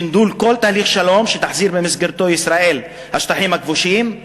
סנדול כל תהליך שלום שתחזיר במסגרתו ישראל את השטחים הכבושים,